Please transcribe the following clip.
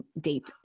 deep